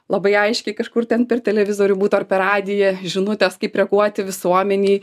labai aiškiai kažkur ten per televizorių būtų ar per radiją žinutės kaip reaguoti visuomenei